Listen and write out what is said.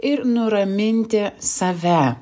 ir nuraminti save